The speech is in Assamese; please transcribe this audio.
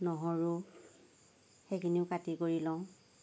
নহৰু সেইখিনিও কাটি কৰি লওঁ